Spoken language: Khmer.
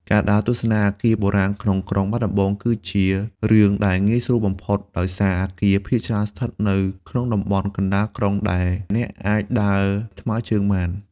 ការដើរទស្សនាអគារបុរាណក្នុងក្រុងបាត់ដំបង គឺជារឿងដែលងាយស្រួលបំផុត ដោយសារអគារភាគច្រើនស្ថិតនៅក្នុងតំបន់កណ្តាលក្រុងដែលអ្នកអាចដើរថ្មើរជើងបាន។